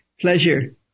Pleasure